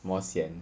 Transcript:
more sian